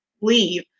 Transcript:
leave